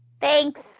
Thanks